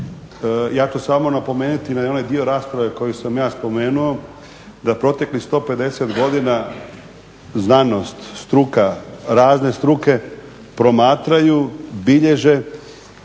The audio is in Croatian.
Ja ću samo napomenuti na onaj dio rasprave koji sam ja spomenuo da proteklih 150 godina znanost, struka, razne struke promatraju, bilježe